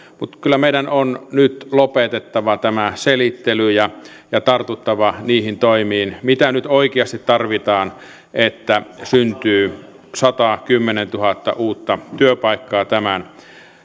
mutta kyllä meidän on nyt lopetettava tämä selittely ja ja tartuttava niihin toimiin mitä nyt oikeasti tarvitaan että syntyy satakymmentätuhatta uutta työpaikkaa tämän